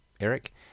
Eric